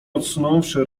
odsunąwszy